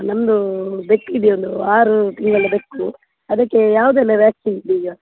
ನಮ್ಮದು ಬೆಕ್ಕಿದೆ ಒಂದು ಆರು ತಿಂಗಳ ಬೆಕ್ಕು ಅದಕ್ಕೆ ಯಾವುದೆಲ್ಲ ವ್ಯಾಕ್ಸಿನಿದೆ ಈಗ